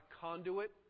conduit